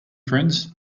friends